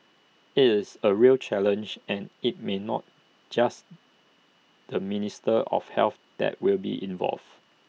IT is A real challenge and IT may not just the minister of health that will be involved